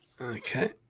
Okay